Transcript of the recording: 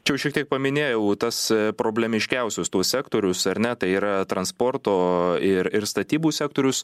čia jau šiek tiek paminėjau tas problemiškiausius tuos sektorius ar ne tai yra transporto ir ir statybų sektorius